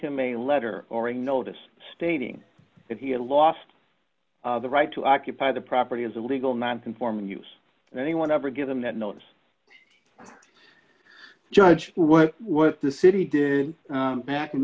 him a letter or a notice stating that he had lost the right to occupy the property as a legal non conforming use anyone ever give them that notice judge what the city did back in